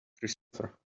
christopher